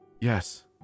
Yes